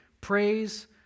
Praise